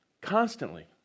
constantly